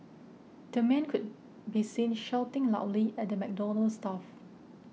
the man could be seen shouting loudly at the McDonald's staff